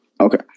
Okay